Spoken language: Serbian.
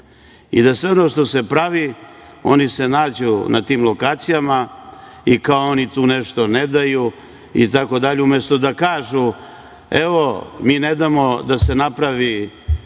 i da sve ono što se pravi, oni se nađu na tim lokacijama i kao oni tu nešto ne daju itd, umesto da kažu – evo, mi ne damo da se napravi,